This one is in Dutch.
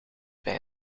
bij